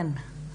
כן.